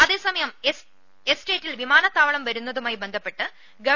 അതേസമയം എസ്റ്റേറ്റിൽ വിമാനത്താവുളം വരുന്നതുമായി ബന്ധപ്പെട്ട് ഗവ